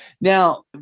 Now